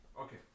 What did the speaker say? Okay